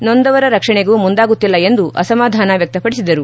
ನೊಂದವರ ರಕ್ಷಣೆಗೂ ಮುಂದಾಗುತ್ತಿಲ್ಲ ಎಂದು ಅಸಮಾಧಾನ ವ್ಯಕ್ತ ಪಡಿಸಿದರು